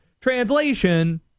Translation